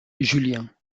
julien